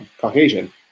Caucasian